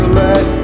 let